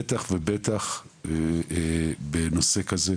בייחוד בנושא כזה,